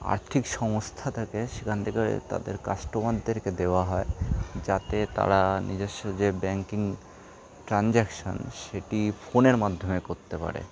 আর্থিক সংস্থা থাকে সেখান থেকে তাদের কাস্টমারদেরকে দেওয়া হয় যাতে তারা নিজস্ব যে ব্যাঙ্কিং ট্রানজ্যাকশন সেটি ফোনের মাধ্যমে করতে পারে